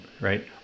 right